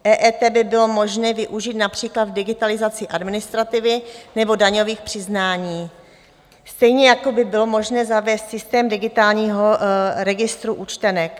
EET by bylo možné využít například v digitalizaci administrativy nebo daňových přiznání, stejně jako by bylo možné zavést systém digitálního registru účtenek.